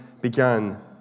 began